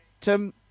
Tim